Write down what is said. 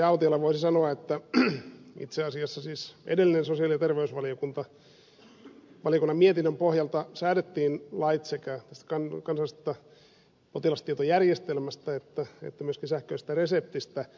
autiolle voisi sanoa että itse asiassa siis edellisen sosiaali ja terveysvaliokunnan mietinnön pohjalta säädettiin lait sekä tästä kansallisesta potilastietojärjestelmästä että myöskin sähköisestä reseptistä